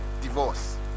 divorce